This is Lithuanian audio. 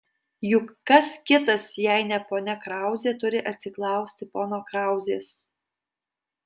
juk kas kitas jei ne ponia krauzė turi atsiklausti pono krauzės